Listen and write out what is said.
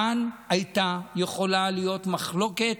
כאן הייתה יכולה להיות מחלוקת